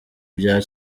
bya